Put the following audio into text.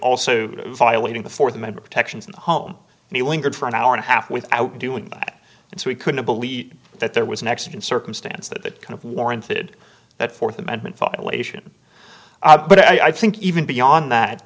also violating the fourth amendment protections in the home and he lingered for an hour and a half without doing so we couldn't believe that there was an accident circumstance that kind of warranted that fourth amendment violation but i think even beyond that